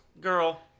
Girl